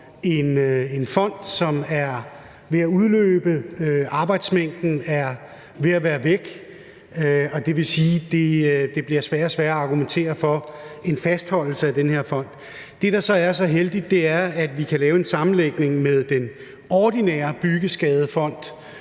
en fond, som er ved at udløbe. Arbejdsmængden er ved at være væk, og det vil sige, at det bliver sværere og sværere at argumentere for en fastholdelse af den her fond. Det, der så er så heldigt, er, at vi kan lave en sammenlægning med den ordinære Byggeskadefond